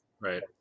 Right